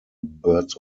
birds